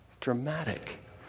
dramatic